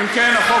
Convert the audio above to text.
אתה משקר,